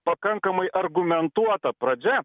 pakankamai argumentuota pradžia